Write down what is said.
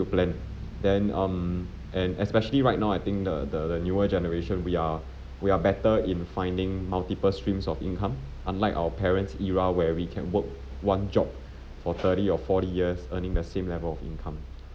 to plan then um and especially right now I think the the the newer generation we are we are better in finding multiple streams of income unlike our parents' era where we can work one job for thirty or forty years earning the same level of income